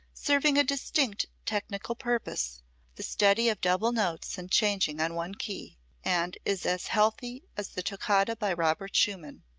serving a distinct technical purpose the study of double notes and changing on one key and is as healthy as the toccata by robert schumann.